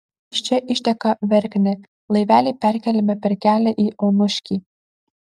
iš čia išteka verknė laiveliai perkeliami per kelią į onuškį